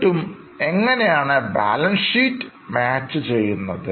എന്നിട്ടും എങ്ങനെയാണ് balance sheet മാച്ച്ചെയ്യുന്നത്